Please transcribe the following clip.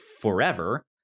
forever